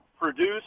produce